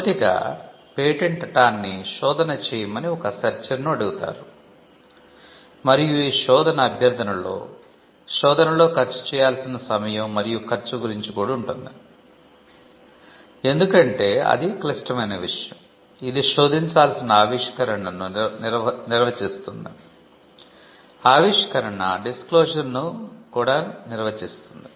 మొదటిగా patent attorney శోధన చేయమని ఒక సెర్చర్ ను కూడా నిర్వచిస్తుంది